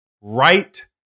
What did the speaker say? right